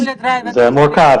זה מורכב.